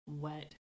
wet